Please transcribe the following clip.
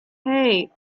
hei